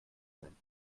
sein